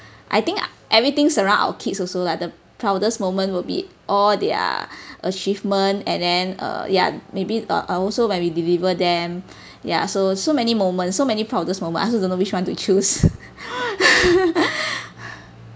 I think everything's around our kids also lah the proudest moment will be all their achievement and then err ya maybe uh also when we deliver them ya so so many moments so many proudest moment I also don't know which [one] to choose